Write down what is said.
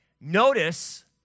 Notice